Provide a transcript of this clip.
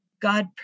God